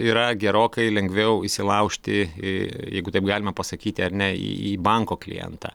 yra gerokai lengviau įsilaužti į jeigu taip galima pasakyti ar ne į į banko klientą